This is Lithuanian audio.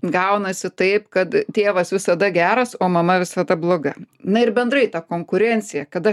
gaunasi taip kad tėvas visada geras o mama visada bloga na ir bendrai ta konkurencija kada